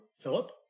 Philip